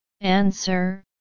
Answer